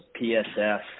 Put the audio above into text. PSF